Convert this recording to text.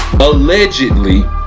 Allegedly